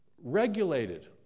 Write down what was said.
regulated